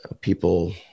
people